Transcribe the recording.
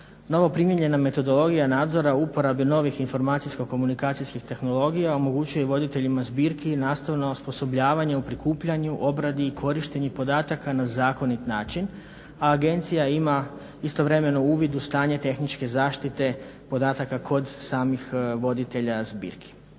Novoprimijenjena metodologija nadzora u uporabi novih informacijsko-komunikacijskih tehnologija omogućuje i voditeljima zbirki i nastavno osposobljavanje u prikupljanju, obradi i korištenju podataka na zakonit način, a agencija ima istovremeno uvid u stanje tehničke zaštite podataka kod samih voditelja zbirki.